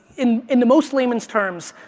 in in the most layman's terms,